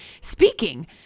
speaking